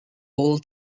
all